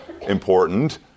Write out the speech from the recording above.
important